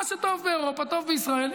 מה שטוב באירופה טוב בישראל.